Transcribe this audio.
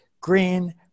green